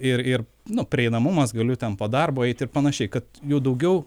ir ir nu prieinamumas galiu ten po darbo eit ir panašiai kad jų daugiau